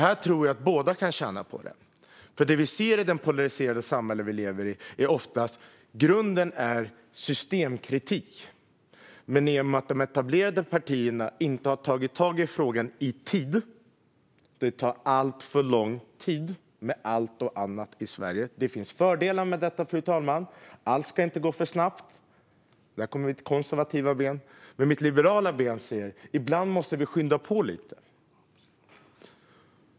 Här tror jag att båda kan tjäna på det i det polariserade samhälle vi lever i, för grunden är oftast systemkritik. Men de etablerade partierna har inte tagit tag i frågan i tid. Det tar alltför lång tid i Sverige. Det finns fördelar med det, fru talman. Allt ska inte gå för snabbt, och där kom mitt konservativa ben. Men mitt liberala ben säger att ibland måste vi skynda på lite.